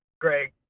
Greg